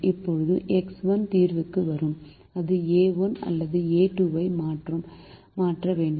இப்போது எக்ஸ் 1 தீர்வுக்கு வரும் அது ஏ 1 அல்லது ஏ 2 ஐ மாற்ற வேண்டும்